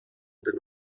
den